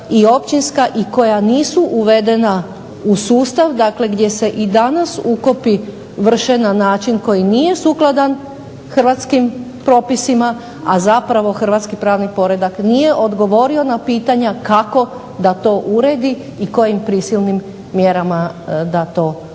i općinska i koja nisu uvedena u sustav gdje se i danas ukopi vrše na način koji nije sukladan hrvatskim propisima, a zapravo hrvatski pravni poredak nije odgovorio na pitanja kako da to uredi i kojim prisilnim mjerama da to uredi.